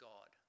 God